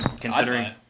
considering